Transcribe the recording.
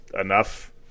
enough